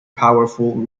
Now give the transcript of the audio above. powerful